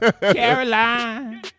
Caroline